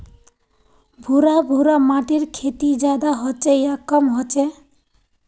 भुर भुरा माटिर खेती ज्यादा होचे या कम होचए?